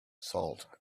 salt